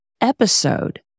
episode